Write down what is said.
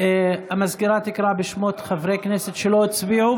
המזכיר תקרא בשמות חברי כנסת שלא הצביעו.